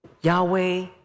Yahweh